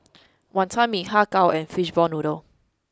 wantan mee har kow and fishball noodle